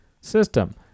system